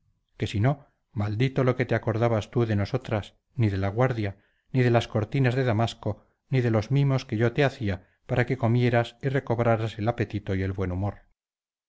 que si no maldito lo que te acordabas tú de nosotras ni de la guardia ni de las cortinas de damasco ni de los mimos que yo te acía para que comieras y recobraras el apetito y el buen umor